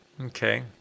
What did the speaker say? Okay